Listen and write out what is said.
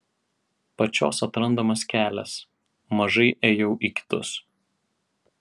pačios atrandamas kelias mažai ėjau į kitus